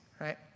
right